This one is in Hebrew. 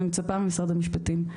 מצפה ממשרד המשפטים,